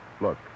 Look